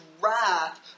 wrath